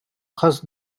хас